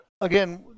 again